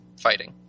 fighting